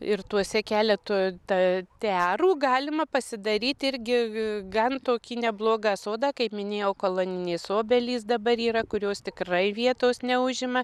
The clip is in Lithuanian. ir tuose keletų tą tiarų galima pasidaryti irgi gan tokį neblogą sodą kaip minėjau koloninės obelys dabar yra kurios tikrai vietos neužima